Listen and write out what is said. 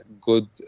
good